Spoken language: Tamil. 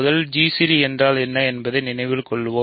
முதலில் gc d என்றால் என்ன என்பதை நினைவில் கொள்ளுங்கள்